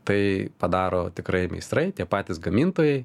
tai padaro tikrai meistrai tie patys gamintojai